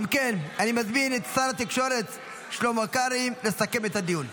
אני מזמין את שר התקשורת שלמה קרעי לסכם את הדיון.